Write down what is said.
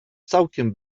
całkiem